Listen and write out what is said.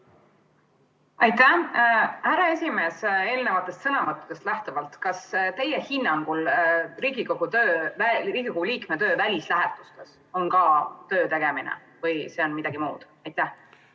Aitäh, härra esimees! Eelnevatest sõnavõttudest lähtuvalt, kas teie hinnangul Riigikogu liikme töö välislähetustes on ka töötegemine või on see midagi muud? Nagu